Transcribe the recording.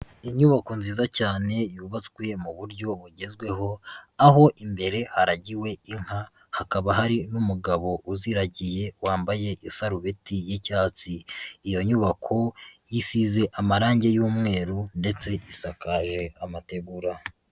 Inyubako nziza cyane yubatswe mu buryo bugezweho, aho imbere haragiwe inka, hakaba hari n'umugabo uziragiye, wambaye isarubeti y'icyatsi, iyo nyubako isize amarangi y'umweru, ndetse isakaje amategura.